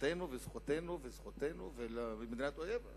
שזכותנו וזכותנו וזכותנו ומדינת אויב,